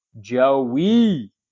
Joey